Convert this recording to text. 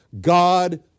God